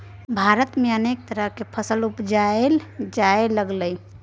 भारत में अनेक तरह के फसल के उपजाएल जा लागलइ